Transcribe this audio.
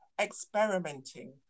experimenting